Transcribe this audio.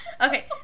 Okay